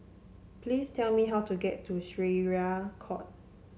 please tell me how to get to Syariah Court